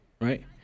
right